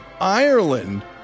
Ireland